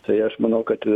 tai aš manau kad